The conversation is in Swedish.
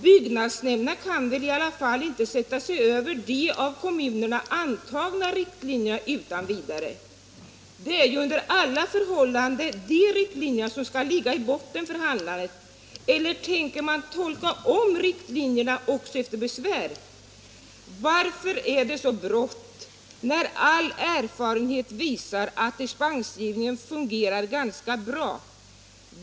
Byggnadsnämnderna kan väl i varje fall inte utan vidare sätta sig över de av kommunerna antagna riktlinjerna. Det är under alla förhållanden de riktlinjerna som skall ligga i botten för handlandet. Eller tänker man tolka om riktlinjerna också efter besvär? Varför är det så brått när all erfarenhet visar att dispensgivningen fungerar ganska bra?